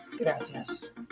Gracias